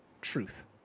Truth